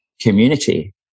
community